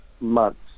months